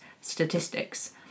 statistics